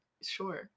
Sure